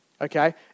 Okay